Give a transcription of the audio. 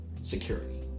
security